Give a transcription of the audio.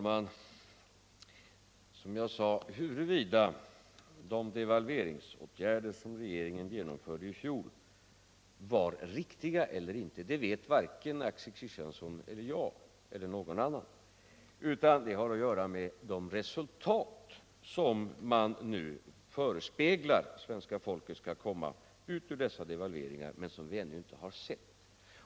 Herr talman! Huruvida de devalveringsåtgärder som regeringen genomförde i fjol var riktiga eller inte vet varken Axel Kristiansson eller jag eller någon annan. Som jag sade, har det att göra med de resultat som man nu förespeglar svenska folket skall komma ut ur dessa devalveringar men som vi ännu inte har sett.